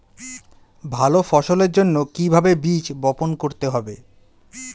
ভালো ফসলের জন্য কিভাবে বীজ বপন করতে হবে?